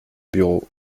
bureau